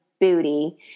booty